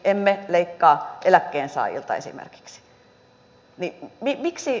emme leikkaa eläkkeensaajilta esimerkiksi